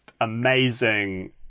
amazing